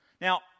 Now